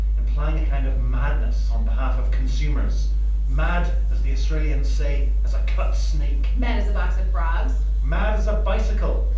implying a kind of madness on behalf of consumers mad, as the australians say, as a cut snake mad as a box of frogs mad as a bicycle.